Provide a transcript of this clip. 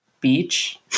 Beach